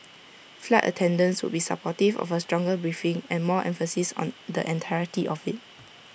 flight attendants would be supportive of A stronger briefing and more emphasis on the entirety of IT